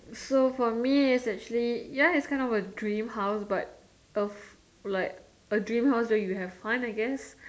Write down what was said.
so for me it's actually ya it's kind of a dream house but a like a dream house where you have fun I guess